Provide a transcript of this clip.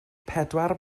pedwar